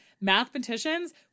mathematicians